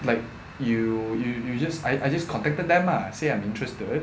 like you you you just I I just contacted them lah say I'm interested